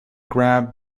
grab